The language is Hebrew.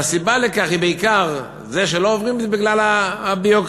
והסיבה לכך שלא עוברים היא בעיקר הביורוקרטיה.